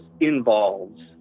involves